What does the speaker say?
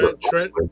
Trent